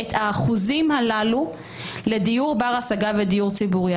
את האחוזים הללו לדיור בר השגה ולדיור ציבורי.